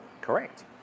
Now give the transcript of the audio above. Correct